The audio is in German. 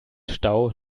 stau